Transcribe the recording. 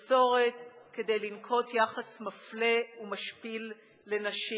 ומסורת כדי לנקוט יחס מפלה ומשפיל לנשים.